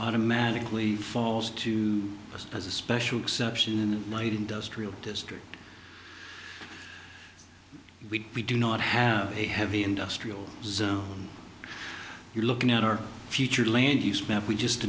automatically falls to us as a special exception in the light industrial district we we do not have a heavy industrial zone you're looking at our future land use map we just